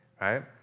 right